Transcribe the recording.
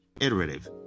iterative